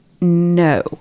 No